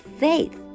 faith